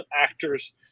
actors